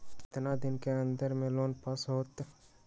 कितना दिन के अन्दर में लोन पास होत?